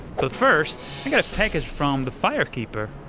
but first, i got a package from the fire keeper!